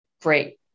Great